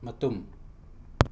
ꯃꯇꯨꯝ